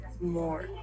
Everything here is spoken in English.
more